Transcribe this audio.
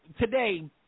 today